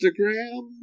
Instagram